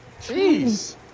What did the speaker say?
Jeez